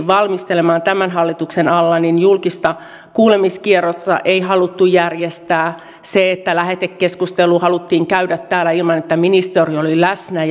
valmistelemaan tämän hallituksen alla niin julkista kuulemiskierrosta ei haluttu järjestää se että lähetekeskustelu haluttiin käydä täällä ilman että ministeri oli läsnä